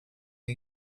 are